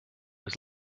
was